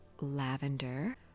lavender